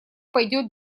пойдет